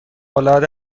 العاده